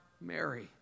Mary